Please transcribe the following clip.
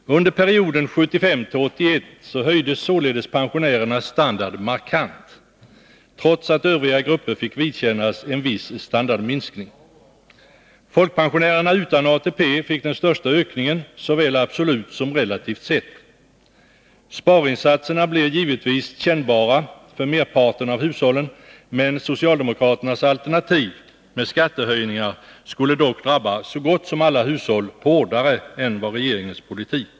Under perioden 1975-1981 höjdes således pensionärernas standard markant, trots att övriga grupper fick vidkännas en viss standardminskning. Folkpensionärer utan ATP fick den största ökningen, såväl absolut som relativt sett. Sparinsatserna blir givetvis kännbara för merparten av hushållen, men socialdemokraternas alternativ med skattehöjningar skulle drabba så gott som alla hushåll hårdare än regeringens politik.